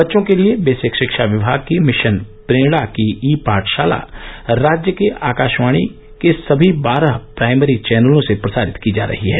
बच्चों के लिये बेसिक शिक्षा विभाग की मिशन प्रेरणा की ई पाठशाला राज्य के आकाशवाणी के सभी बारह प्राइमरी चैनलों से प्रसारित की जा रही है